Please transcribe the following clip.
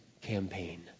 campaign